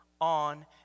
on